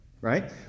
Right